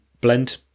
blend